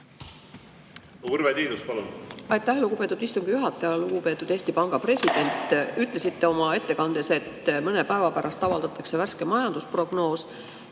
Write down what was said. või vastupidi? Aitäh, lugupeetud istungi juhataja! Lugupeetud Eesti Panga president! Te ütlesite oma ettekandes, et mõne päeva pärast avaldatakse värske majandusprognoos.